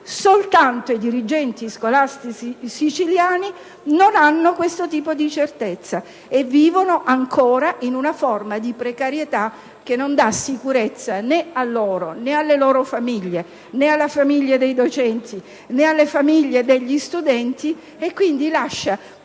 Soltanto i dirigenti scolastici siciliani non hanno questo tipo di certezza e vivono ancora in uno stato di precarietà che non dà sicurezza né a loro, né alle loro famiglie, né alle famiglie dei docenti, né alle famiglie degli studenti e, quindi, lascia tutti